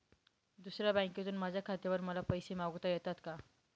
दुसऱ्या बँकेतून माझ्या खात्यावर मला पैसे मागविता येतात का?